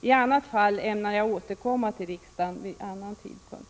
I annat fall ämnar jag återkomma till riksdagen vid en senare tidpunkt.